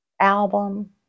album